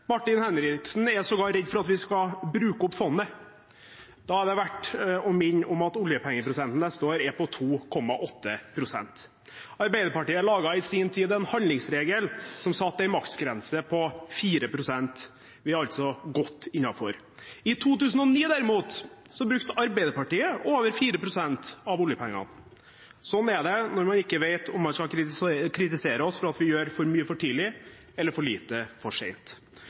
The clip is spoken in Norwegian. Martin Henriksen er sågar redd for at vi skal bruke opp fondet. Da er det verdt å minne om at oljepengebruken neste år er på 2,8 pst. Arbeiderpartiet laget i sin tid en handlingsregel som satte en maksgrense på 4 pst. Vi er altså godt innenfor. I 2009, derimot, brukte Arbeiderpartiet over 4 pst. av oljepengene. Sånn er det når man ikke vet om man skal kritisere oss for at vi gjør for mye for tidlig, eller for lite for